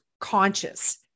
conscious